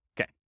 Okay